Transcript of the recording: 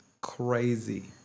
crazy